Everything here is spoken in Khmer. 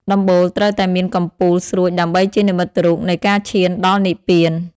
ដំបូល ត្រូវតែមានកំពូលស្រួចដើម្បីជានិមិត្តរូបនៃការឈានដល់និព្វាន។